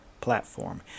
platform